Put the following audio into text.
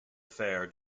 affair